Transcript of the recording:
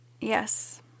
Yes